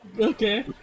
okay